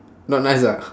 not nice ah